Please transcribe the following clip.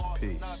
Peace